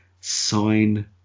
sign